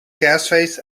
kerstfeest